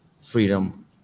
freedom